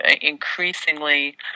increasingly